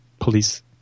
police